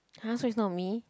!huh! so it's not me